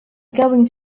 going